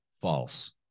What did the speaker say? false